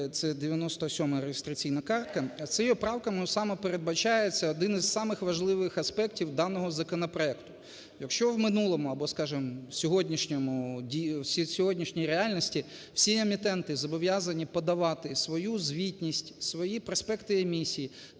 це 97 реєстраційна картка. Цією правкою саме передбачається один із самих важливих аспектів даного законопроекту. Якщо в минулому, або, скажемо, в сьогоднішній реальності всі емітенти зобов'язані подавати свою звітність, свої проспекти емісій